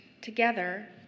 together